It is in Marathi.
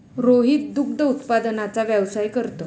रोहित दुग्ध उत्पादनाचा व्यवसाय करतो